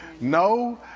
No